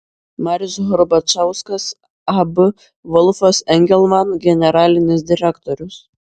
marius horbačauskas ab volfas engelman generalinis direktorius